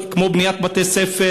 כמו בניית בתי-ספר,